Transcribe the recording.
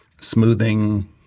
smoothing